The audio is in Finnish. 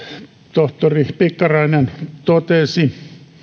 tohtori pikkarainen totesi